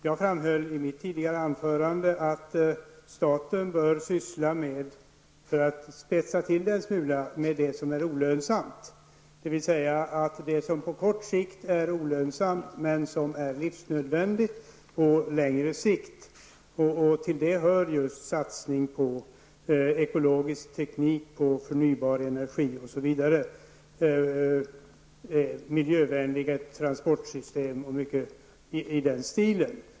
Jag framhöll i mitt tidigare anförande, för att spetsa till det en smula, att staten bör syssla med det som är olönsamt, dvs. det som på kort sikt är olönsamt, men som är livsnödvändigt på längre sikt. Till det hör just satsning på ekologisk teknik, förnybar energi, miljövänliga transportsystem och mycket i den stilen.